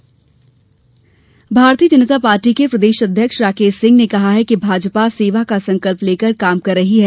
भाजपा बैठक भारतीय जनता पार्टी के प्रदेश अध्यक्ष राकेश सिंह ने कहा है कि भारतीय जनता पाटी सेवा का संकल्प लेकर काम कर रही है